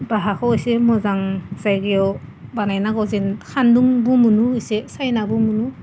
बाहाखौ एसे मोजां जायगायाव बानायनांगौ जेन सानदुंबो मोनो एसे सायनाबो मोनो